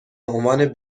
عنوان